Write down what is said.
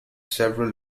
several